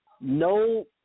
No